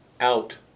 Out